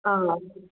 ꯑꯥ